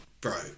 bro